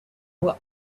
were